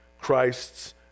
Christ's